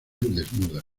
desnuda